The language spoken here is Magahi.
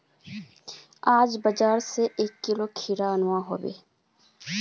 आज बाजार स एक किलो खीरा अनवा हबे